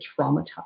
traumatized